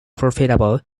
profitable